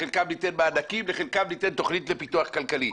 לחלקן ניתן מענקים ולחלקן ניתן תוכנית לפיתוח כלכלי.